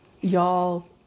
Y'all